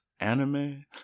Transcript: anime